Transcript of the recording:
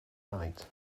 night